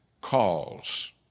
calls